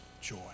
joy